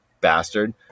bastard